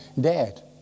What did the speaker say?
dad